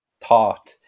taught